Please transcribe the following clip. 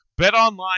BetOnline